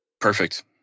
Perfect